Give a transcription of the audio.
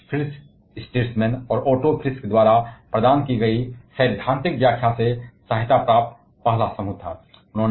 और वे Fritz Strassmann और ओटो फ्रिस्क द्वारा प्रदान की गई सैद्धांतिक व्याख्या से सहायता प्राप्त पहला समूह थे